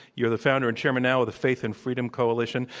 you are the founder and chairman now of the faith and freedom coalition.